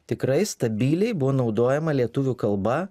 tikrai stabiliai buvo naudojama lietuvių kalba